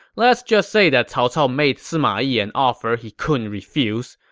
let's just say that cao cao made sima yi an offer he couldn't refuse,